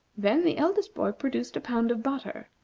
then the eldest boy produced a pound of butter,